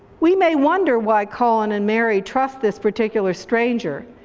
we may wonder why colin and mary trust this particular stranger,